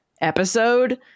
episode